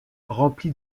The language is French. rempli